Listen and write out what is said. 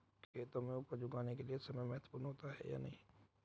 खेतों में उपज उगाने के लिये समय महत्वपूर्ण होता है या नहीं?